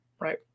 right